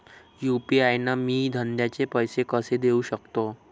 UPI न मी धंद्याचे पैसे कसे देऊ सकतो?